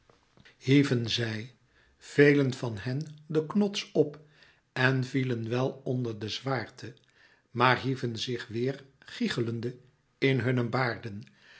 hieven zij velen van hen den knots op en vielen wel onder de zwaarte maar hieven zich weêr giechelende in hunne baarden